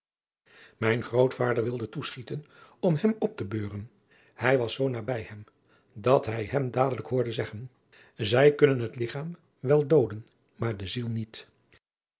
mijn grootvader wilde toeschieten om hem op te beuren hij was zoo nabij hem dat hij hem dadelijk hoorde zeggen zij kunnen het ligchaam wel dooden maar de ziel niet